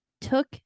took